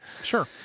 Sure